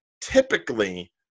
typically